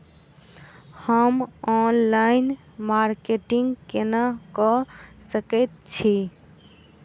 हम online marketing केना कऽ सकैत छी?